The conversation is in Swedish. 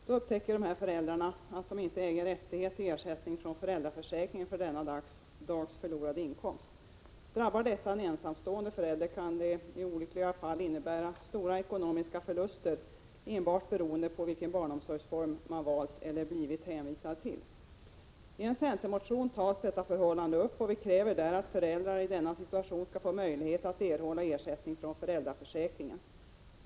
Då upptäcker dessa föräldrar att de inte äger rättighet till ersättning från föräldraförsäkringen för denna dags förlorade inkomst. Drabbar detta en ensamstående förälder kan det i olyckliga fall innebära stora ekonomiska förluster, enbart beroende på vilken barnomsorgsform man valt eller blivit hänvisad till. I en centermotion tar vi upp detta förhållande och kräver att föräldrar i denna situation skall få möjlighet att erhålla ersättning från föräldraförsäkringen.